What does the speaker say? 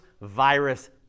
virus